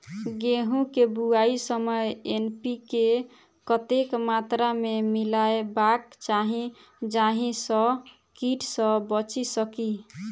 गेंहूँ केँ बुआई समय एन.पी.के कतेक मात्रा मे मिलायबाक चाहि जाहि सँ कीट सँ बचि सकी?